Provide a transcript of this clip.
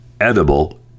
Edible